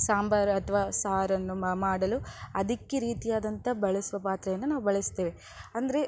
ಸಾಂಬಾರು ಅಥ್ವಾ ಸಾರನ್ನು ಮಾಡಲು ಅದಕ್ಕೆ ರೀತಿಯಾದಂಥ ಬಳಸುವ ಪಾತ್ರೆಯನ್ನು ನಾವು ಬಳಸ್ತೇವೆ ಅಂದರೆ